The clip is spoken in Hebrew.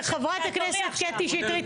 --- חברת הכנסת קטי שטרית,